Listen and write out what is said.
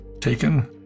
taken